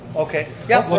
okay, yeah.